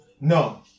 No